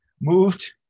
moved